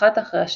אחת אחרי השנייה.